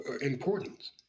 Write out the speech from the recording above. importance